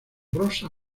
rosa